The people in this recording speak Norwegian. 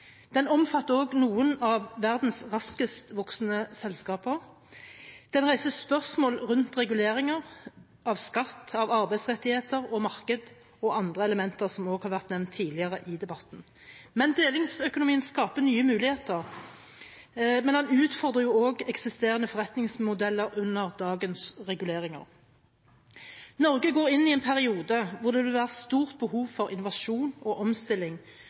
Den omfatter noen av verdens raskest voksende selskaper. Den reiser spørsmål rundt regulering av skatt, arbeidsrettigheter, marked og andre elementer som har vært nevnt tidligere i debatten. Delingsøkonomien skaper nye muligheter, men den utfordrer også eksisterende forretningsmodeller under dagens reguleringer. Norge går inn i en periode hvor det vil være stort behov for innovasjon og omstilling